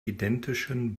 identischen